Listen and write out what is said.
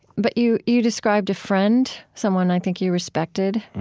but you you described a friend, someone i think you respected,